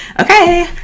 Okay